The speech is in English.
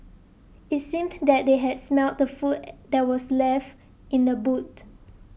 it seemed that they had smelt the food that were left in the boot